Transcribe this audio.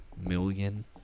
million